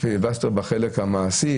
-- פיליבסטר בחלק המעשי,